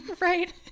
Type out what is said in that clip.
Right